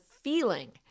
feeling